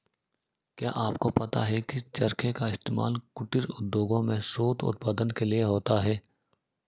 क्या आपको पता है की चरखे का इस्तेमाल कुटीर उद्योगों में सूत उत्पादन के लिए होता है